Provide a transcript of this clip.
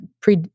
pre